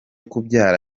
kubyara